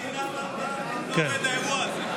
לא הבנתי למה, איך עובד האירוע הזה.